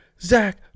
Zach